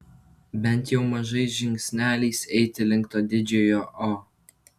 bent jau mažais žingsneliais eiti link to didžiojo o